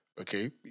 okay